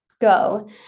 go